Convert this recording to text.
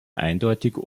eindeutig